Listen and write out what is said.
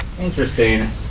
interesting